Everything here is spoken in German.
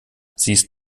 siehst